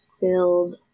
build